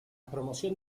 promoción